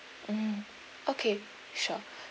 mm okay sure